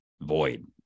void